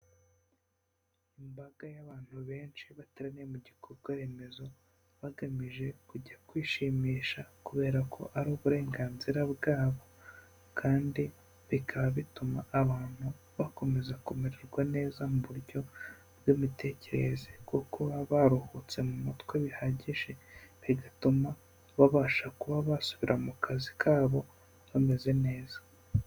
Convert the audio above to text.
Imbaga y'abantu benshi bateraniye mu gikorwa remezo, bagamije kujya kwishimisha kubera ko ari uburenganzira bwabo kandi bikaba bituma abantu bakomeza kumererwa neza muburyo bw'imitekerereze kuko baruhutse mu mutwe bihagije, bigatuma babasha kuba basubira mu kazi kabo, bameze neza.